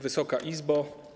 Wysoka Izbo!